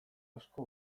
asko